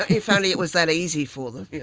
if only it was that easy for them.